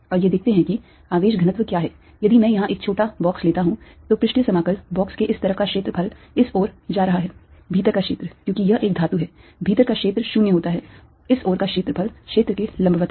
आइए देखते हैं कि आवेश घनत्व क्या है यदि मैं यहां एक छोटा बॉक्स लेता हूं तो पृष्ठीय समाकल बॉक्स के इस तरफ का क्षेत्रफल इस ओर जा रहा है भीतर का क्षेत्र क्योंकि यह एक धातु है भीतर का क्षेत्र 0 होता है इस ओर का क्षेत्रफल क्षेत्र के लंबवत है